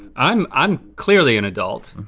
i'm i'm clearly an adult.